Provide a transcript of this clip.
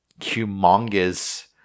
humongous